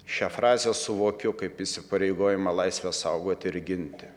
šią frazę suvokiu kaip įsipareigojimą laisvę saugoti ir ginti